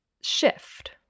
shift